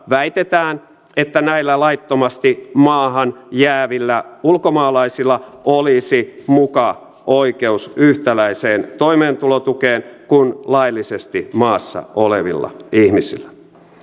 väitetään että näillä laittomasti maahan jäävillä ulkomaalaisilla olisi muka oikeus yhtäläiseen toimeentulotukeen kuin laillisesti maassa olevilla ihmisillä